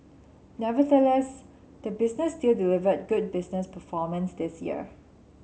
nevertheless the business still delivered good business performance this year